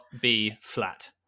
B-flat